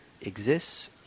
exists